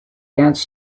dance